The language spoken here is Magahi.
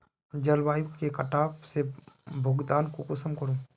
जलवायु के कटाव से भुगतान कुंसम करूम?